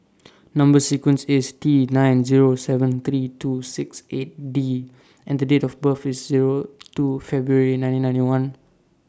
Number sequence IS T nine Zero seven three two six eight D and Date of birth IS Zero two February nineteen ninety one